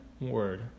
word